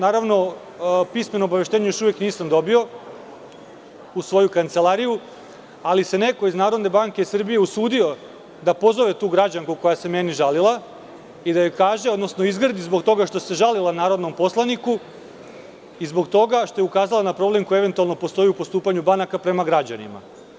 Naravno, pismeno obaveštenje još uvek nisam dobio u svoju kancelariju, ali se neko iz Narodne banke Srbije usudio da pozove tu građanku koja se meni žalila i da joj kaže, odnosno izgrdi zbog toga što se žalila narodnom poslaniku i zbog toga što je ukazala na problem koji eventualno postoji u postupanju banaka prema građanima.